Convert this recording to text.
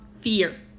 fear